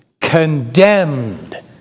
condemned